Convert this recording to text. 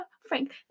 Frank